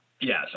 Yes